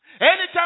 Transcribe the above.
Anytime